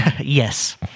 yes